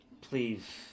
please